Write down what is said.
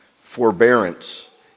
forbearance